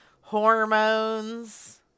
hormones